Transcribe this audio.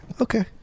Okay